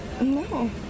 No